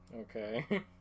Okay